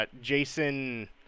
Jason